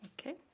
Okay